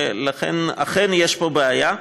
ואכן יש פה בעיה.